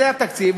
זה התקציב,